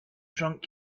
drunk